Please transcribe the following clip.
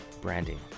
branding